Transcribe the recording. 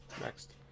next